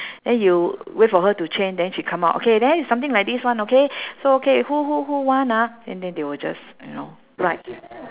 then you wait for her to change then she come out okay then it's something like this one okay so okay who who who want ah and then they will just you know write